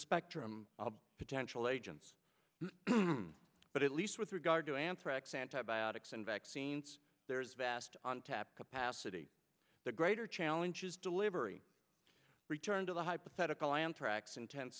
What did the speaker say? spectrum of potential agents but at least with regard to anthrax antibiotics and vaccines there is vast on tap capacity the greater challenge is delivery return to the hypothetical anthrax in ten